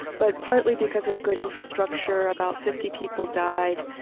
but partly, because we have good infrastructure, about fifty people died,